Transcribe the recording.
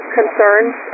concerns